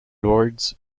lords